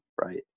right